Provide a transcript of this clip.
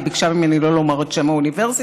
היא ביקשה ממני שלא לומר את שם האוניברסיטה,